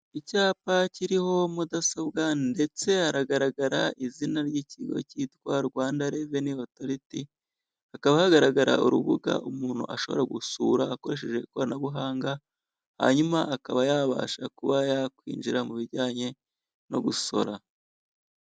Icyapa kiriho mudasobwa ndetse haragaragara izina ry'ikigo cyitwa Rwanda Revenue Authority, hakaba hagaragara urubuga umuntu ashobora gusura akoresheje ikoranabuhanga hanyuma akaba yabasha kuba yakwinjira mu bijyanye no gusora.